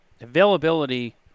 availability